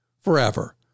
forever